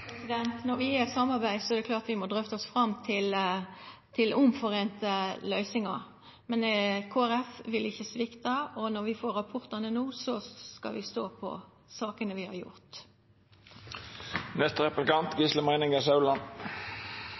Når vi har samarbeid, er det klart at vi må drøfta oss fram til løysingar det kan vera semje om. Men Kristeleg Folkeparti vil ikkje svikta, og når vi får rapporten, skal vi stå på for sakene, som vi har